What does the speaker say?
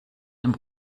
dem